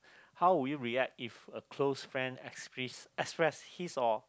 how would you react if a close friend express his or